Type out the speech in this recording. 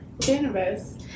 Cannabis